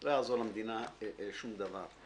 לא יעזור למדינה שום דבר.